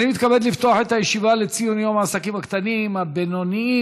אני מתכבד לפתוח את הישיבה לציון יום העסקים הקטנים והבינוניים.